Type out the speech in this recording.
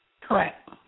Correct